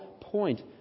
point